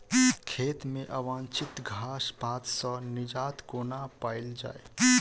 खेत मे अवांछित घास पात सऽ निजात कोना पाइल जाइ?